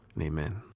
Amen